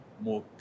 more